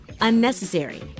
unnecessary